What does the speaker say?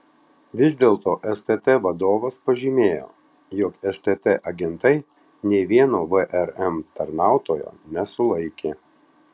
vis dėlto stt vadovas pažymėjo jog stt agentai nė vieno vrm tarnautojo nesulaikė